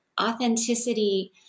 authenticity